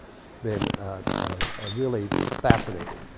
been really fascinating.